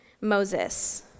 Moses